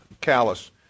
callous